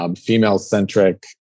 female-centric